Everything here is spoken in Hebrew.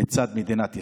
לצד מדינת ישראל.